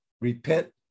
Repent